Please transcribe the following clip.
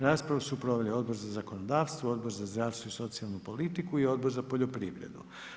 Raspravu su proveli Odbor za zakonodavstvo, Odbor za zdravstvo i socijalnu politiku i Odbor za poljoprivredu.